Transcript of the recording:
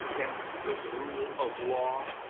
and the rule of law.